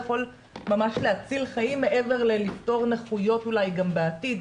הוא יכול ממש להציל חיים מעבר ללפתור נכויות אולי גם בעתיד,